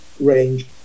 range